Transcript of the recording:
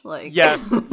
Yes